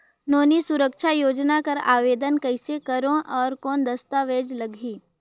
नोनी सुरक्षा योजना कर आवेदन कइसे करो? और कौन दस्तावेज लगही?